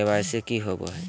KYC की हॉबे हय?